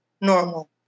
normal